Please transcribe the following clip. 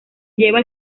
lleva